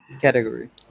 category